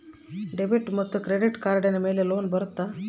Debit ಮತ್ತು credit ಕಾರ್ಡಿನ ಮೇಲೆ ಲೋನ್ ಬರುತ್ತಾ?